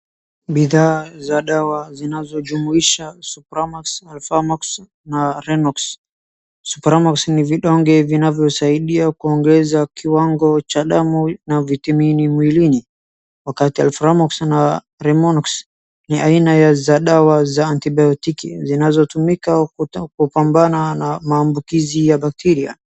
Bidhaa za dawa zinazojumuisha Supramax, Alphamox na Renox . Supramax ni vidonge vinavyosaidia kuongeza kiwango cha damu na vitamini mwilini. Wakati Alphamox na Renox ni aina za dawa za antibiotiki zinazotumika kupambana na maambukizi ya bakteria.